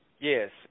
Yes